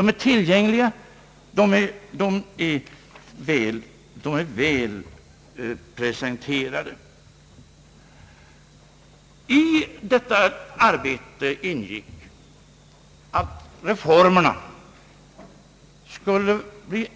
De är tillgängliga. De har presenterats väl. I de riktlinjerna ingår att reformerna skulle bli